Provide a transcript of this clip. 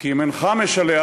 כי אם אינך משלח,